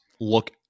look